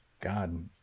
God